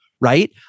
Right